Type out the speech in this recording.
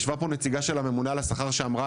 ישיבה פה נציגה של הממונה על השכר שאמרה,